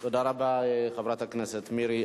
תודה רבה, חברת הכנסת מירי.